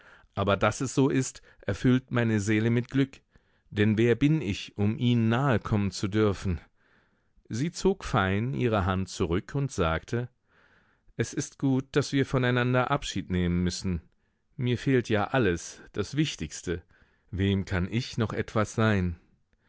aber daß es so ist erfüllt meine seele mit glück denn wer bin ich um ihnen nahe kommen zu dürfen sie zog fein ihre hand zurück und sagte es ist gut daß wir voneinander abschied nehmen müssen mir fehlt ja alles das wichtigste wem kann ich noch etwas sein